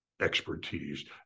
expertise